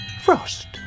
Frost